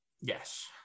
yes